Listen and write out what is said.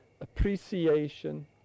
appreciation